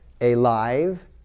alive